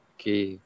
Okay